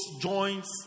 joints